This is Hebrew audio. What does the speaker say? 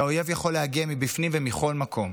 שהאויב יכול להגיע מבפנים ומכל מקום.